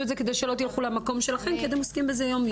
את זה כדי שלא תלכו למקום שלכם כי אתם עוסקים בזה יומיום.